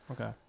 Okay